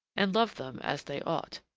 and loved them as they ought.